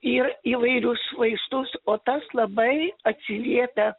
ir įvairius vaistus o tas labai atsiliepia